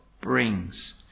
brings